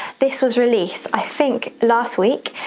this was released i think last week,